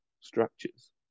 structures